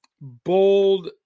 bold